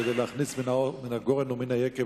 כדי להכניס מן הגורן ומן היקב,